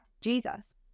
Jesus